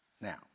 now